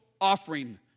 offering